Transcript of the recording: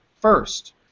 first